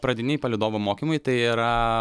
pradiniai palydovo mokymai tai yra